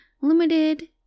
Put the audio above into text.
limited